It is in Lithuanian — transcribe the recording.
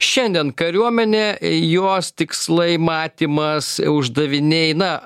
šiandien kariuomenė jos tikslai matymas uždaviniai na